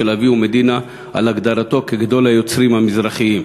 אביהו מדינה על הגדרתו כגדול היוצרים המזרחיים.